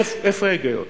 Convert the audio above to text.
איפה ההיגיון?